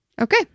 Okay